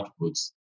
outputs